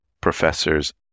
professors